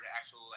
actual